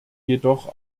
jedoch